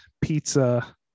pizza